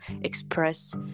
express